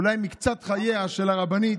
אולי מקצת חייה של הרבנית,